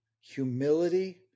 humility